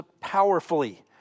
powerfully